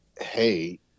hey